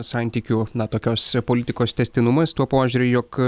santykių na tokios politikos tęstinumas tuo požiūriu jog